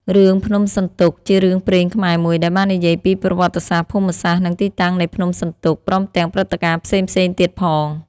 រឿង ភ្នំសន្ទុក ជារឿងព្រេងខ្មែរមួយដែលបាននិយាយពី ប្រវត្តិសាស្រ្ដ ភូមិសាស្រ្ដ និងទីតាំងនៃភ្នំសន្ទុក ព្រមទាំងព្រឹត្តិការណ៍ផ្សេងៗទៀតផង។